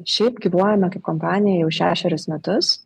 šiaip gyvuojame kaip kompanija jau šešerius metus